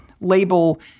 label